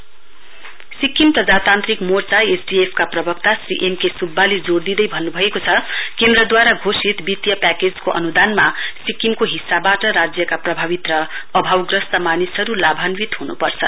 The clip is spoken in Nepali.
एसडीएफ सिक्किम प्रजातान्त्रिक मोर्चाएसडीएफ का प्रवक्त एम के सुब्बाले जोड़ दिँदै भन्नभएको छ केन्द्रद्रवारा घोषित वित्तीय प्याकेजको अनुदानमा सिक्किमको हिस्सावाट लाभान्वित राज्यका प्रभावित र अभावग्रस्त मानिसहरु लाभान्वित हुनुपर्छ